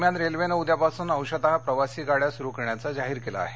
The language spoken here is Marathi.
दरम्यान रेल्वेनं उद्यापासून अंशतः प्रवासी गाड्या सुरु करण्याचं जाहीर केलं आहे